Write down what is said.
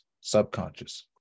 subconscious